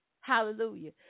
Hallelujah